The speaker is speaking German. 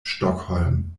stockholm